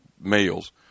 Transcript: males